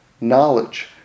knowledge